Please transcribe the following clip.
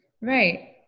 Right